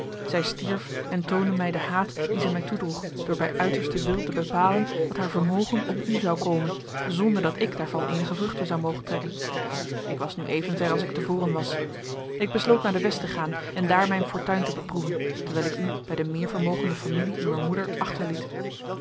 zij stierf en toonde mij den haat dien zij mij toedroeg door bij uitersten wil te bepalen dat haar vermogen op u zou komen zonder dat ik daarvan eenige vruchten zou mogen trekken ik was nu even ver als ik te voren was ik besloot naar de west te gaan en daar mijn fortuin te beproeven terwijl ik u bij de meervermogende familie uwer moeder achterliet